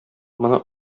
моны